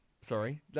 sorry